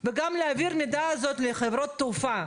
יש לנו חמישה אוטובוסים שאמורים לצאת מחרקוב ברגע זה,